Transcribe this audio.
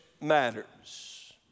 matters